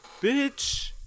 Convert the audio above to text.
Bitch